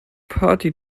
party